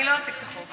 אני לא אציג את החוק.